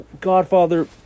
Godfather